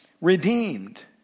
redeemed